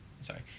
sorry